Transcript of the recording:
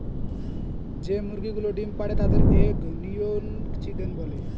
যে মুরগিগুলো ডিম পাড়ে তাদের এগ লেয়িং চিকেন বলে